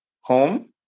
home